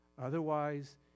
Otherwise